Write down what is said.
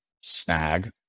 snag